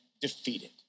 defeated